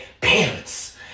parents